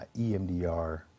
EMDR